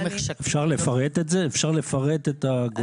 אפשר לפרט את הגורמים?